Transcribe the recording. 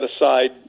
aside